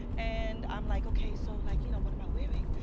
and i'm like okay so like you know what am i wearing?